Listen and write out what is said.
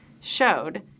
showed